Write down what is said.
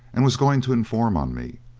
and was going to inform on me,